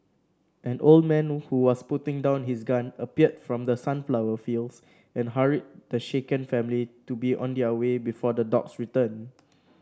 an old man who was putting down his gun appeared from the sunflower fields and hurried the shaken family to be on their way before the dogs return